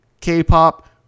K-pop